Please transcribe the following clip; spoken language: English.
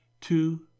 Two